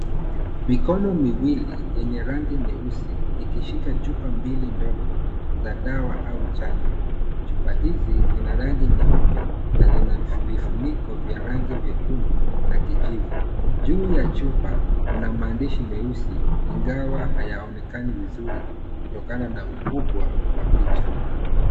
Mikono miwili yenye rangi nyeusi ikishika chupa mbili ndogo za dawa au chanjo, chupa hizi zina rangi nyeupe na zina vifuniko vya rangi vyekundu na kijivu, juu ya chupa kuna maandishi meusi ingawa hayaonekani vizuri kutokana na ukubwa wa picha.